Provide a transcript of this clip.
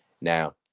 now